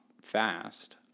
fast